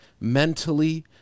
mentally